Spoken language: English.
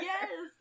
Yes